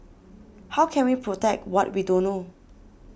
how can we protect what we don't know